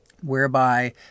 whereby